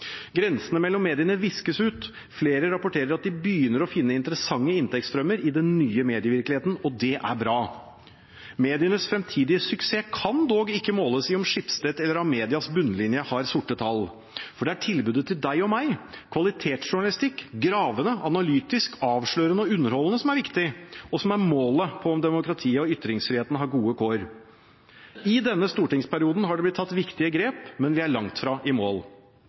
Grensene mellom mediene viskes ut. Flere rapporterer at de begynner å finne interessante inntektsstrømmer i den nye medievirkeligheten, og det er bra. Medienes fremtidige suksess kan dog ikke måles i om Schibsteds eller Amedias bunnlinje har sorte tall, for det er tilbudet til deg og meg – kvalitetsjournalistikk, gravende, analytisk, avslørende og underholdende – som er viktig, og som er måtet på om demokratiet og ytringsfriheten har gode kår. I denne stortingsperioden har det blitt tatt viktige grep, men vi er langt fra i mål.